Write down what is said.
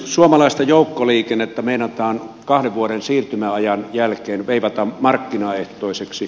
suomalaista joukkoliikennettä meinataan kahden vuoden siirtymäajan jälkeen veivata markkinaehtoiseksi